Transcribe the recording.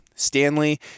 Stanley